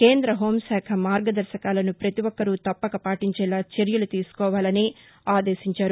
కేంద్ర హోంశాఖ మార్గదర్భకాలను ప్రతి ఒక్కరూ తప్పక పాటించేలా చర్యలు తీసుకోవాలని ఆదేశించారు